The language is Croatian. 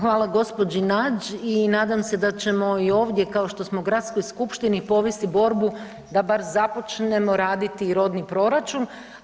Hvala gospođi Nađ i nadam se da ćemo i ovdje kao što smo i u Gradskoj skupštini povesti borbu da bar započnemo raditi rodni proračun.